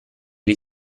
gli